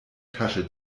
tasche